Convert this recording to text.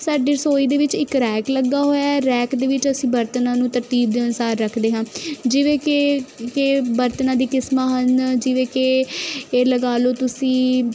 ਸਾਡੀ ਰਸੋਈ ਦੇ ਵਿੱਚ ਇੱਕ ਰੈਕ ਲੱਗਾ ਹੋਇਆ ਹੈ ਰੈਕ ਦੇ ਵਿੱਚ ਅਸੀਂ ਬਰਤਨਾਂ ਨੂੰ ਤਰਤੀਬ ਦੇ ਅਨੁਸਾਰ ਰੱਖਦੇ ਹਾਂ ਜਿਵੇਂ ਕਿ ਕਿ ਬਰਤਨਾਂ ਦੀ ਕਿਸਮਾਂ ਹਨ ਜਿਵੇਂ ਕਿ ਇਹ ਲਗਾ ਲੋਓ ਤੁਸੀਂ